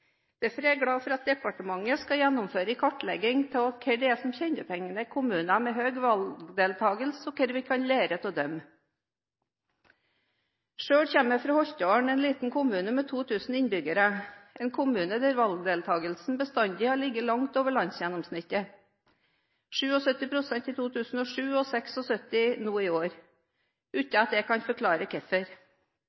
Derfor er jeg glad for at departementet skal gjennomføre en kartlegging av hva som kjennetegner kommuner med høy valgdeltagelse, og hva vi kan lære av dem. Selv kommer jeg fra Holtålen, en liten kommune med 2 000 innbyggere, en kommune der valgdeltagelsen bestandig har ligget langt over landsgjennomsnittet – med 77 pst. i 2007, 76 nå i år